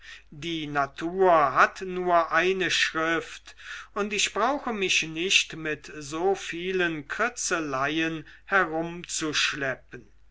die natur hat nur eine schrift und ich brauche mich nicht mit so vielen kritzeleien